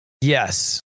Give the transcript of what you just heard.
Yes